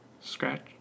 Scratch